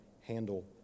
handle